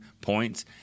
points